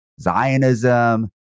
Zionism